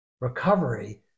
recovery